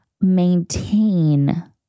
maintain